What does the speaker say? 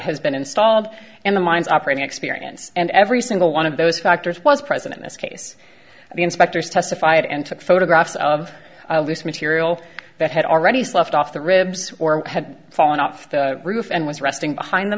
has been installed in the mines operating experience and every single one of those factors was present in this case the inspectors testified and took photographs of this material that had already slipped off the ribs or had fallen off the roof and was resting behind the